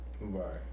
Right